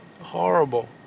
horrible